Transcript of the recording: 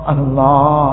Allah